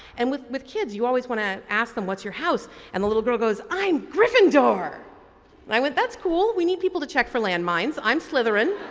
and with with kids you always want to ask them what's your house and the little girl goes i'm gryffindor and i went that's cool we need people to check for land mines. i'm slytherin.